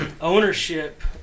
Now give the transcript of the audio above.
Ownership